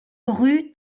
rue